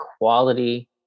quality